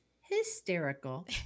hysterical